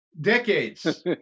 Decades